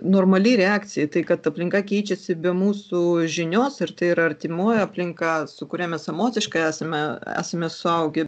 normali reakcija į tai kad aplinka keičiasi be mūsų žinios ir tai yra artimoji aplinka su kuria mes emociškai esame esame suaugę